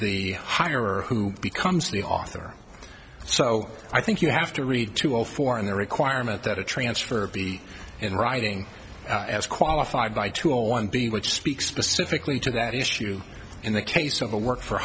the higher who becomes the author so i think you have to read to all four and the requirement that a transfer of be in writing as qualified by two a one b which speaks specifically to that issue in the case of a work for